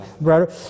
brother